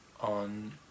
on